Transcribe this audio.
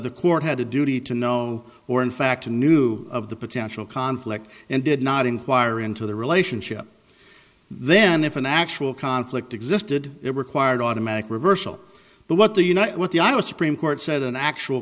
the court had a duty to know or in fact a new of the potential conflict and did not inquire into the relationship then if an actual conflict existed it required automatic reversal but what the you know what the i was supreme court said an actual